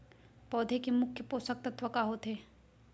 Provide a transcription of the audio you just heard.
पौधे के मुख्य पोसक तत्व का होथे?